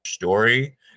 Story